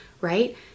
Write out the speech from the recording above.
right